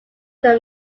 them